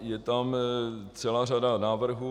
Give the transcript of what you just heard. Je tam celá řada návrhů.